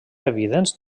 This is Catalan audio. evidents